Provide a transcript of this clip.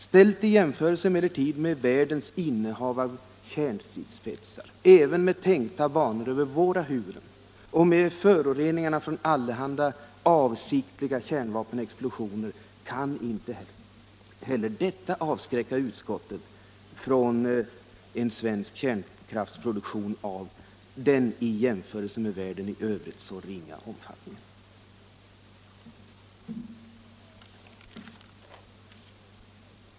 Ställt i jämförelse, emellertid, med världens innehav av kärnstridsspetsar, även med tänkta banor över våra huvuden, och med föroreningarna från allehanda avsiktliga kärnvapenexplosioner kan inte heller detta avskräcka utskottet från en svensk kärnkraftsproduktion av en i jämförelse med världens produktion i övrigt så ringa omfattning.